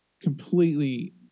completely